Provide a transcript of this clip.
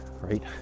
right